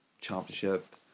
championship